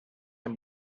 him